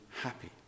happy